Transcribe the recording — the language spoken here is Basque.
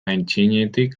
aitzinetik